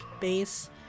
base